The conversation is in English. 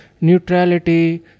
neutrality